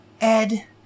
Ed